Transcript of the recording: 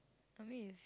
I mean it's